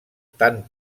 tant